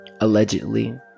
allegedly